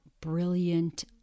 brilliant